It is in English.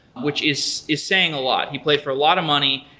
which is is saying a lot. he played for a lot of money,